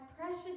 precious